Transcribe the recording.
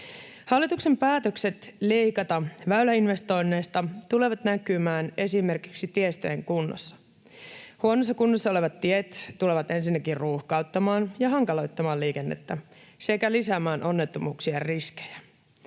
Hallituksen päätökset leikata väyläinvestoinneista tulevat näkymään esimerkiksi tiestöjen kunnossa. Huonossa kunnossa olevat tiet tulevat ensinnäkin ruuhkauttamaan ja hankaloittamaan liikennettä sekä lisäämään onnettomuuksien riskejä.